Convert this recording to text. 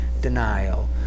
denial